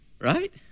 right